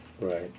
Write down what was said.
Right